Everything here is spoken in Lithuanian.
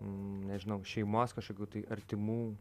nežinau šeimos kažkokių tai artimų